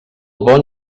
bon